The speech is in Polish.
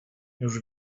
już